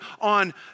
on